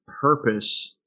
purpose